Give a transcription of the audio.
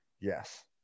Yes